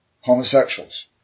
homosexuals